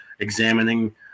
examining